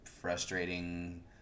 frustrating